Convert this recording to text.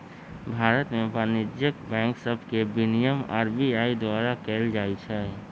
भारत में वाणिज्यिक बैंक सभके विनियमन आर.बी.आई द्वारा कएल जाइ छइ